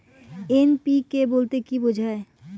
NPK বলতে কী বোঝায়?